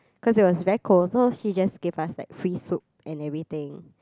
cause it was very cold so she just gave us like free soup and everything